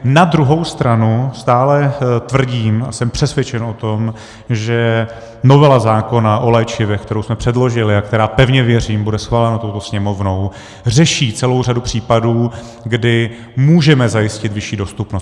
Na druhou stranu stále tvrdím a jsem přesvědčen o tom, že novela zákona o léčivech, kterou jsme předložili a která, pevně věřím, bude schválena touto Sněmovnou, řeší celou řadu případů, kdy můžeme zajistit vyšší dostupnost.